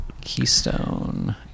Keystone